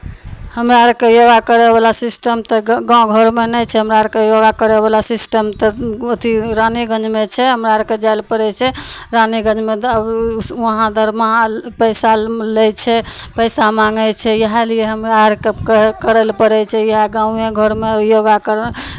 हमरा अरके योगा करयवला सिस्टम तऽ गाँव घरमे नहि छै हमरा अरके योगा करयवला सिस्टम तऽ अथी रानीगंजमे छै हमरा अरकेँ जाय लेल पड़ै छै रानीगंजमे वहाँ दरमाहा पैसा लै छै पैसा माँगै छै इएह लिए हमरा अरकेँ करय करय लेल पड़ै छै इएह गाँवए घरमे योगा